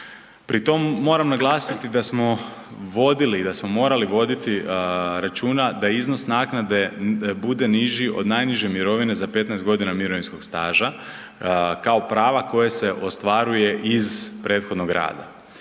Pri tom moram naglasiti da smo vodili i da smo morali voditi računa da iznos naknade bude niži od najniže mirovine za 15 godina mirovinskog staža kao prava koje se ostvaruje iz prethodnog rada.